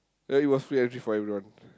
ya it was free entry for everyone